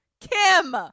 Kim